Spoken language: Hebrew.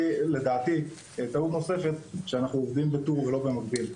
לדעתי אנחנו עושים טעות נוספת בזה שאנחנו עובדים בטור ולא במקביל.